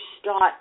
start